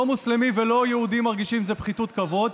לא מוסלמי ולא יהודי מרגישים שזו פחיתות כבוד.